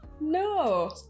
No